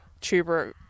tuber